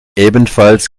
ebenfalls